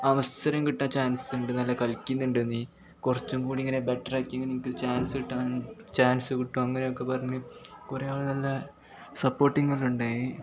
അവസരം കിട്ടുക ചാൻസുണ്ട് നല്ല കളിക്കുന്നുണ്ട് നീ കുറച്ചും കൂടി ഇങ്ങനെ ബെറ്ററാക്കിയെങ്കിൽ നിനക്ക് ചാൻസ് കിട്ടുക ചാൻസ് കിട്ടും അങ്ങനെയൊക്കെ പറഞ്ഞ് കുറേ ആൾ തന്നെ സപ്പോർട്ടിങ്ങെല്ലാം ഉണ്ടായി